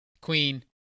Queen